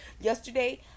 yesterday